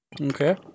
Okay